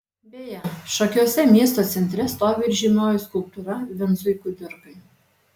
beje šakiuose miesto centre stovi ir žymioji skulptūra vincui kudirkai